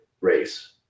race